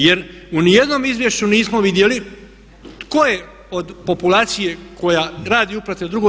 Jer u ni jednom izvješću nismo vidjeli tko je od populacije koja radi uplate u II.